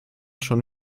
schon